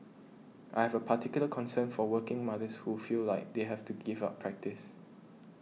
I have a particular concern for working mothers who feel like they have to give up practice